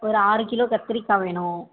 ஒரு ஆறுக்கிலோ கத்திரிக்காய் வேணும்